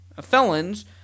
felons